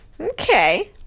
Okay